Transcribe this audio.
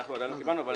אנחנו עדיין לא קיבלנו.